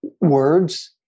words